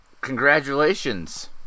Congratulations